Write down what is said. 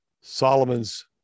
Solomon's